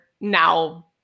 now